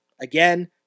Again